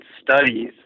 studies